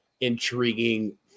intriguing